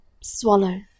Swallow